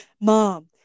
Mom